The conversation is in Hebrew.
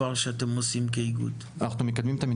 אנחנו לא לוקחים בחשבון את הכסף שאנחנו נוציא.